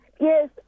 yes